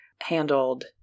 handled